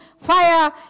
fire